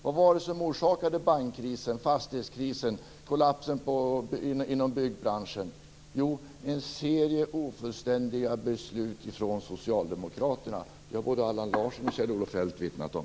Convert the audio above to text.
Vad var det som orsakade bankkrisen, fastighetskrisen och kollapsen inom byggbranschen? Jo, en serie ofullständiga beslut från Socialdemokraterna. Det har både Allan Larsson och Kjell-Olof Feldt vittnat om.